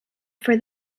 for